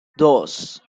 dos